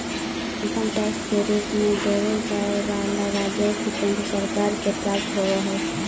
income tax के रूप में देवे जाए वाला राजस्व केंद्र सरकार के प्राप्त होव हई